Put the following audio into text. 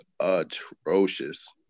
atrocious